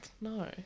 no